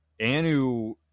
Anu